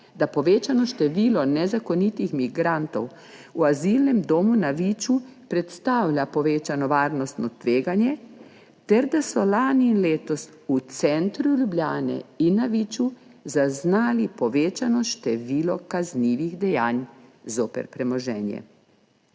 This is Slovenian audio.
da povečano število nezakonitih migrantov v azilnem domu na Viču predstavlja povečano varnostno tveganje ter da so lani in letos v centru Ljubljane in na Viču zaznali povečano število kaznivih dejanj zoper premoženje.